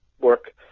work